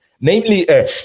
Namely